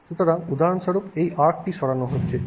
সুতরাং উদাহরণস্বরূপ এই আর্কটি সরানো হয়েছে